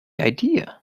idea